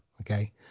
okay